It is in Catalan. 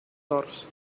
horts